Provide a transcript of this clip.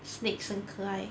snakes 很可爱